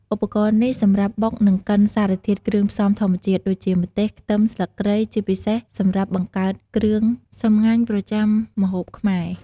ឧបករណ៍នេះសម្រាប់បុក និងកិនសារធាតុគ្រឿងផ្សំធម្មជាតិ ដូចជាម្ទេស ខ្ទឹម ស្លឹកគ្រៃ ជាពិសេសសម្រាប់បង្កើតគ្រឿងសម្ងាញ់ប្រចាំម្ហូបខ្មែរ។